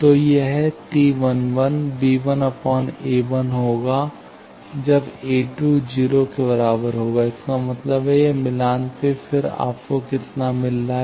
तो यह T 11 b1 a 1 होगा जब a2 0 के बराबर होगा इसका मतलब है यह मिलान पे फिर आपको कितना मिल रहा है